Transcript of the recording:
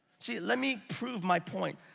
see, let me prove my point.